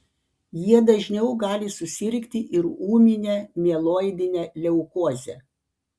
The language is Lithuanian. jie dažniau gali susirgti ir ūmine mieloidine leukoze